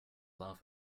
laugh